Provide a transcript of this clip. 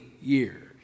years